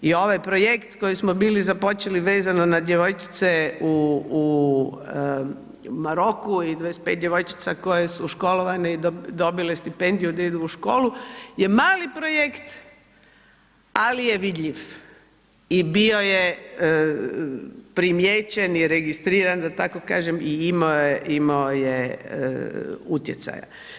I ovaj projekt koji smo bili započeli vezano na djevojčice u Maroku i 25 djevojčica koje su školovane i dobile stipendiju da idu u školu je mali projekt ali je vidljiv i bio je primijećen i registriran da tako kažem i imao je, imao je utjecaja.